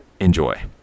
enjoy